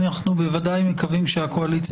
אנחנו בוודאי מקווים שהקואליציה